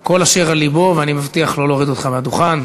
כל אשר על לבו, ואני מבטיח לא להוריד אותך מהדוכן.